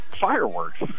fireworks